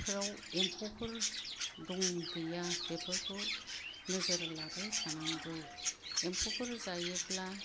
फ्राव एम्फौफोर दं गैया बेफोरखौ नोजोर लाबाय थानांगौ एम्फौफोर जायोब्ला